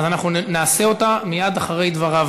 אז אנחנו נעשה זאת מייד אחרי דבריו